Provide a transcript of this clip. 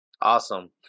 Awesome